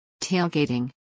Tailgating